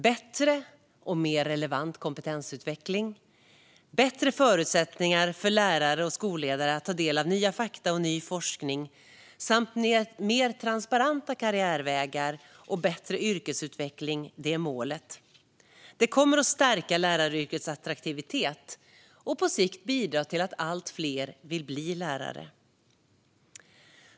Bättre och mer relevant kompetensutveckling, bättre förutsättningar för lärare och skolledare att ta del av nya fakta och ny forskning samt mer transparenta karriärvägar och bättre yrkesutveckling är målet. Det kommer att stärka läraryrkets attraktivitet och på sikt bidra till att allt fler vill bli lärare.